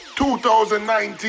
2019